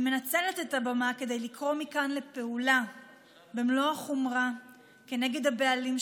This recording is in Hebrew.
אני מנצלת את הבמה כדי לקרוא מכאן לפעולה במלוא החומרה כנגד הבעלים,